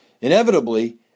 Inevitably